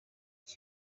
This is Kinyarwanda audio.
iki